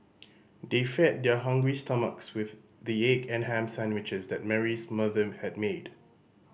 they fed their hungry stomachs with the egg and ham sandwiches that Mary's mother had made